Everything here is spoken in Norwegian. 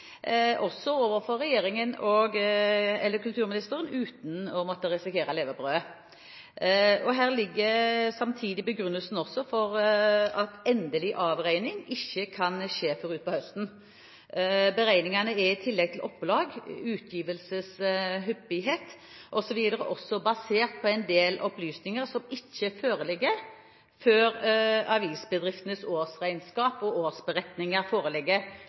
også overfor regjeringen eller kulturministeren, uten å måtte risikere levebrødet. Her ligger samtidig begrunnelsen for at endelig avregning ikke kan skje før utpå høsten. Beregningene er i tillegg til opplag, utgivelseshyppighet osv. også basert på en del opplysninger som ikke foreligger før avisbedriftenes årsregnskap og årsberetninger foreligger,